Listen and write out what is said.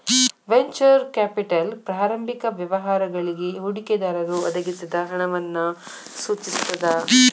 venture capital ಪ್ರಾರಂಭಿಕ ವ್ಯವಹಾರಗಳಿಗಿ ಹೂಡಿಕೆದಾರರು ಒದಗಿಸಿದ ಹಣವನ್ನ ಸೂಚಿಸ್ತದ